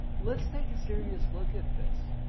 let's take a serious look at this.